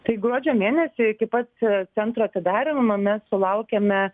tai gruodžio mėnesį iki pat centro atidarymo mes sulaukiame